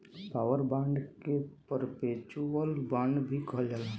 war bond के perpetual bond भी कहल जाला